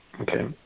Okay